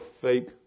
fake